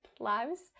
Lives